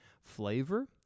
flavor